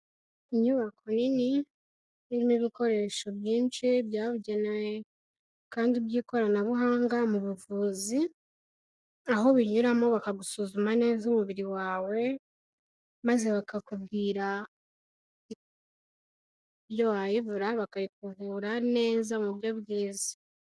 Inyubako nini arimo ibikoresho byinshi byabugenewe kandi by'ikoranabuhanga mu buvuzi, aho ubinyuramo bakagusuzuma neza umubiri wawe, maze bakakubwira uburyo wayivura, bakayikuvura neza mu buryo bwiza.